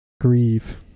Grieve